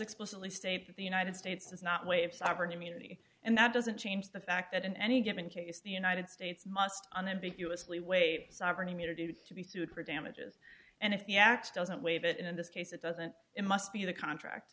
explicitly state that the united states does not waive sovereign immunity and that doesn't change the fact that in any given case the united states must on ambiguously wave sovereign immunity to be sued for damages and if the act doesn't waive it in this case it doesn't it must be the contract